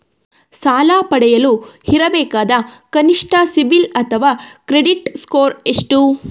ಸಾಲ ಪಡೆಯಲು ಇರಬೇಕಾದ ಕನಿಷ್ಠ ಸಿಬಿಲ್ ಅಥವಾ ಕ್ರೆಡಿಟ್ ಸ್ಕೋರ್ ಎಷ್ಟು?